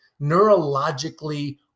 neurologically